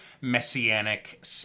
messianic